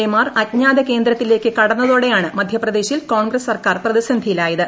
A മാർ അജ്ഞാത കേന്ദ്രത്തിലേക്ക് കടന്നതോടെയാണ് മധ്യപ്രദേശിൽ കോൺഗ്രസ്സ് സർക്കാർ പ്രതിസന്ധിയിലായത്